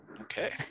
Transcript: okay